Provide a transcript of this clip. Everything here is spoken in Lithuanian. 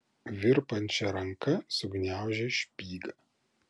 virpančia ranka sugniaužė špygą